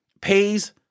pays